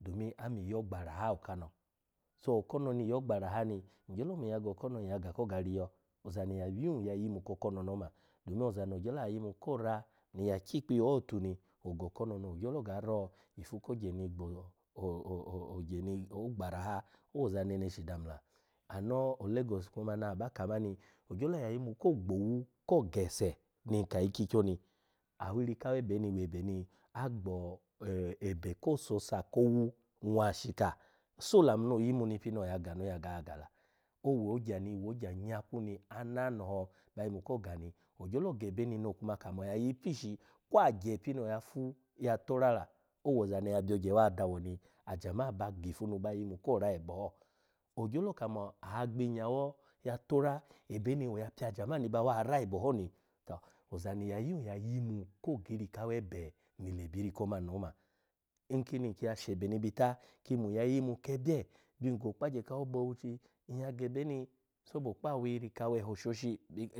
Domin ami iyo gba araha okano so okono ni iyo gba araha ni, ngyolo mun nyya go okono nyya ga koga riyo ozani ya yun ya yinu ko okono ni oma. domin ozani oya yimu ko ra ni ya kyi ikpiye ho tu ni ogo okono ogyo ga ra ifu ko ogye ni gba araha owoza nene shi dami la. Ano olegos kuma na aba ka mani ogyolo ya yimu ko gbo owu ko gese ni nka ikyikyo ni awiri kawebe webe ni agbebe ko sosa nwashika so olamu ni oyimu ni pini oya ganu ya ga gala, owo ogya ni wogya nyakwu ni ananaho ba yimu ko ga ni ogyolo gebe ni no okamo oya yipishi kwa agye pini ofu ya tora la owoza ni ya byo ogye wa dawo ni ajama ba gifu nu ba yimu ko ra ebe ho, ogyolo kamo agbi inyawo atora ebeni oya pya ajama ni bawa ra ebe ho ni ta ozani ya yun yimu ko gi iri ka awebe ni le byi iri ko omani oma. Nkini nmun nyya shebeni bita, ki mun nyya yimu ke ebye byun go okpa gye ko bauchi, nyya gebe ni sobo kpi iri kaweho shoshi,